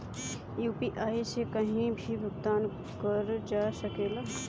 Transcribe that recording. UPI से कहीं भी भुगतान कर जा सकेला?